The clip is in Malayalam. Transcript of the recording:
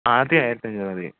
ആദ്യം ആയിരത്തഞ്ഞൂറ് മതി